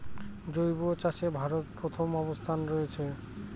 জৈব চাষে ভারত প্রথম অবস্থানে রয়েছে